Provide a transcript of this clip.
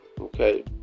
okay